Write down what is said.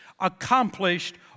accomplished